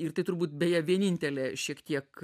ir tai turbūt beje vienintelė šiek tiek